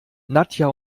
nadja